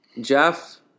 Jeff